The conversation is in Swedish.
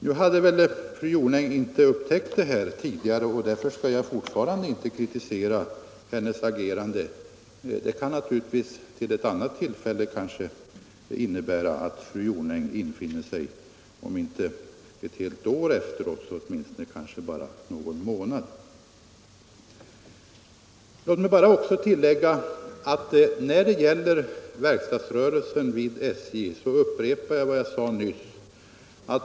Nu hade väl fru Jonäng inte upptäckt detta tidigare, och jag skall därför fortfarande inte kritisera hennes agerande. Till ett annat tillfälle kanske fru Jonäng infinner sig inte ett helt år utan kanske bara någon månad för sent. Låt mig också när det gäller verkstadsrörelsen vid SJ upprepa vad jag sade nyss.